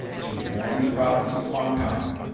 she was born in the province of kuangtung.